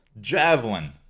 Javelin